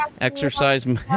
exercise